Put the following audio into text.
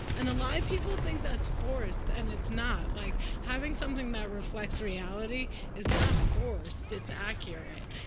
and a lot of people think that's forced, and it's not. like, having something that reflects reality is not forced. it's accurate.